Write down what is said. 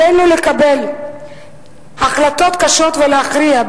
עלינו לקבל החלטות קשות ולהכריע.